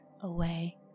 away